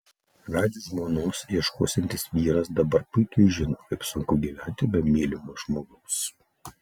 radžiui žmonos ieškosiantis vyras dabar puikiai žino kaip sunku gyventi be mylimo žmogaus